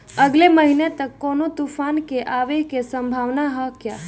अगले महीना तक कौनो तूफान के आवे के संभावाना है क्या?